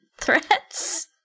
threats